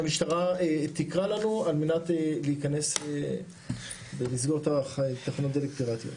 שהמשטרה תקרא לנו על מנת להיכנס ולסגור את התחנות דלק הפיראטיות.